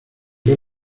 ver